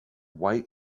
white